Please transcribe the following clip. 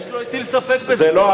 איש לא הטיל ספק בזה.